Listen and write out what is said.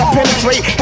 penetrate